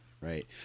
Right